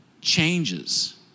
changes